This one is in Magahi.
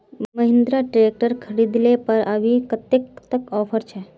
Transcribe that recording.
महिंद्रा ट्रैक्टर खरीद ले पर अभी कतेक तक ऑफर छे?